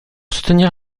soutenir